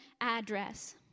address